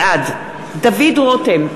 בעד דוד רותם,